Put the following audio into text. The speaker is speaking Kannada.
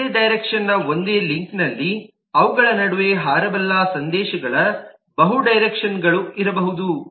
ಒಂದೇ ಡೈರೆಕ್ಷನ್ನ ಒಂದೇ ಲಿಂಕ್ನಲ್ಲಿ ಅವುಗಳ ನಡುವೆ ಹಾರಬಲ್ಲ ಸಂದೇಶಗಳ ಬಹು ಡೈರೆಕ್ಷನ್ಗಳು ಇರಬಹುದು